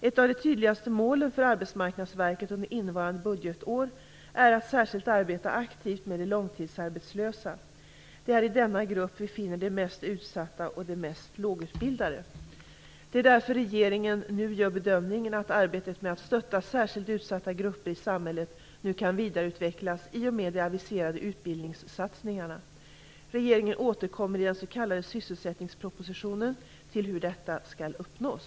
Ett av det tydligaste målen för Arbetsmarknadsverket under innevarande budgetår är att särskilt arbeta aktivt med de långtidsarbetslösa. Det är i denna grupp som vi finner de mest utsatta och de mest lågutbildade. Det är därför regeringen nu gör bedömningen att arbetet med att stötta särskilt utsatta grupper i samhället nu kan vidareutvecklas i och med de aviserade utbildningssatsningarna. Regeringen återkommer i den s.k. sysselsättningspropostionen till hur detta skall uppnås.